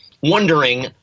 wondering